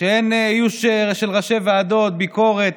שאין איוש של ראשי ועדות ביקורת,